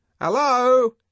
Hello